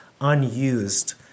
unused